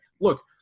look